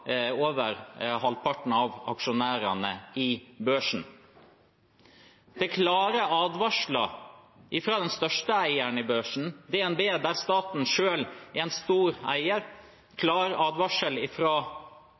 over halvparten av aksjonærene i børsen. Det er klare advarsler fra den største eieren i børsen, DNB, der staten selv er en stor eier,